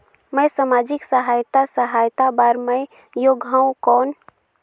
मैं समाजिक सहायता सहायता बार मैं योग हवं कौन?